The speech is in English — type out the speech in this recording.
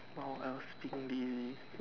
while I was being busy